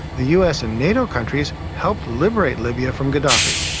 the us and nato countries helped liberate libya from gaddafi.